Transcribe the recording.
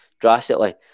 drastically